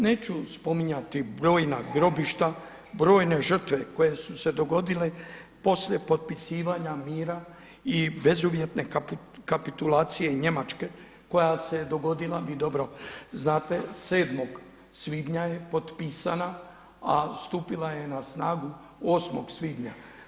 Neću spominjati brojna grobišta, brojne žrtve koje su se dogodile poslije potpisivanja mira i bezuvjetne kapitulacije Njemačke koja se dogodila vi dobro znate 7. svibnja je potpisana, a stupila je na snagu 8. svibnja.